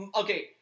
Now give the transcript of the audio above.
Okay